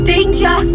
Danger